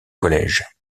college